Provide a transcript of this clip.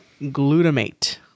glutamate